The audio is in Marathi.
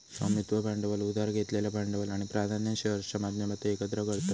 स्वामित्व भांडवल उधार घेतलेलं भांडवल आणि प्राधान्य शेअर्सच्या माध्यमातना एकत्र करतत